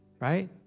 Right